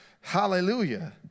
Hallelujah